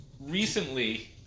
recently